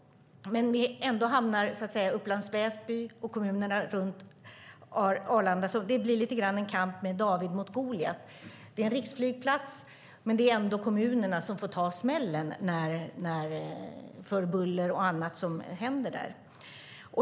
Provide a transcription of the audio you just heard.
Men ändå hamnar Upplands Väsby och övriga kommuner runt Arlanda i en kamp som blir lite som en kamp mellan David och Goliat. Arlanda är en riksflygplats, men det är ändå kommunerna som får ta smällen i fråga om buller och annat som händer där.